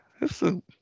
Listen